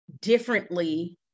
differently